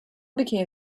became